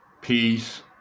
peace